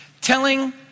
Telling